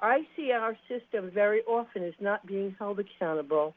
i see our system very often as not being held accountable